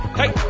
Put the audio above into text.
hey